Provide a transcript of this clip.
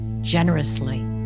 generously